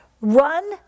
Run